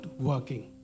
working